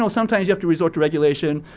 so sometimes you have to resort to regulation.